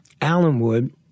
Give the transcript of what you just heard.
Allenwood